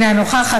אינה נוכחת,